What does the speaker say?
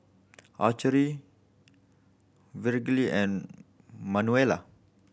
Archer Lee Virgle and Manuela